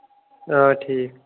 آ ٹھیٖک